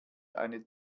eine